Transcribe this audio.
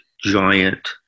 giant